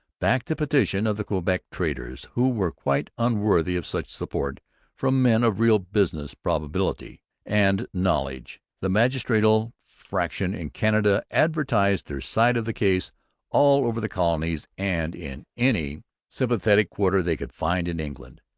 backed the petition of the quebec traders, who were quite unworthy of such support from men of real business probity and knowledge. the magisterial faction in canada advertised their side of the case all over the colonies and in any sympathetic quarter they could find in england.